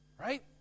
Right